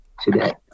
today